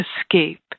escape